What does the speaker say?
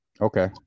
okay